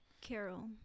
carol